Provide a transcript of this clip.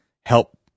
help